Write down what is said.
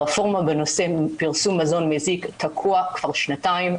הרפורמה בנושא פרסום מזון מזיק תקועה כבר שנתיים,